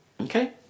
Okay